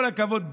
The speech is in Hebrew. כל הכבוד.